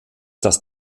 das